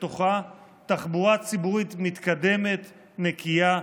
בתוכם תחבורה ציבורית מתקדמת, נקייה,